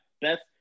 best